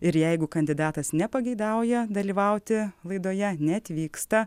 ir jeigu kandidatas nepageidauja dalyvauti laidoje neatvyksta